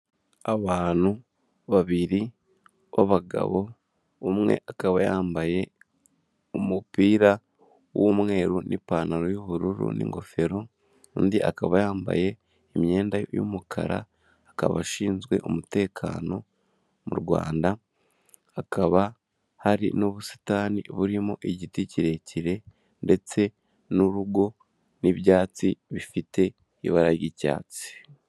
Abantu babiri b'abagabo umwe akaba yambaye umupira w'umweru n'ipantaro y'ubururu n'ingofero undi akaba yambaye imyenda y'umukara akaba ashinzwe umutekano mu Rwanda hakaba hari n'ubusitani burimo igiti kirekire ndetse n'urugo n'ibyatsi bifite ibara ry'icyatsi.